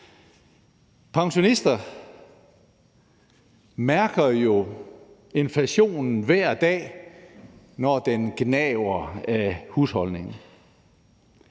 Pensionister mærker jo inflationen hver dag, når den gnaver af husholdningen.